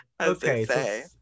okay